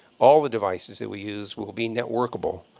all of the devices that we use will be networkable.